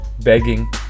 begging